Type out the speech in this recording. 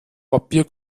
papier